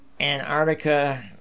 Antarctica